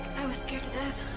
i was scared to death.